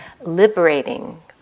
liberating